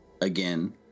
again